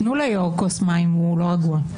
תנו ליו"ר כוס מים, הוא לא רגוע.